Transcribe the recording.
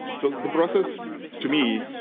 so the process to me